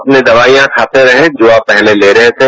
अपनी दवाइयां खाते रहें जो आप पहले ले रहे थे